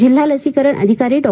जिल्हा लसीकरण अधिकारी डॉ